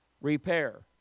repair